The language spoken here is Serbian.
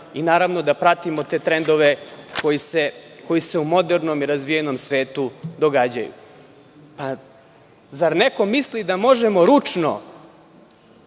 i da pratimo te trendove koji se u modernom i razvijenom svetu događaju. Zar neko misli da možemo ručno,